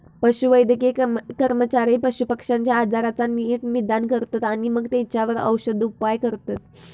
पशुवैद्यकीय कर्मचारी पशुपक्ष्यांच्या आजाराचा नीट निदान करतत आणि मगे तेंच्यावर औषदउपाय करतत